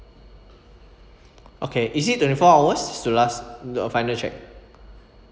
okay is it twenty four hours to last mm final check